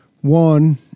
One